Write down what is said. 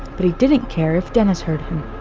but he didn't care if dennis heard him.